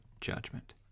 judgment